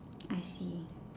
I see